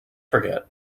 forget